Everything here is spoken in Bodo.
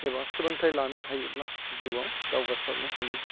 एबा सोलोंथाइ लानो हायोब्ला जिउआव दावगासारनो हायो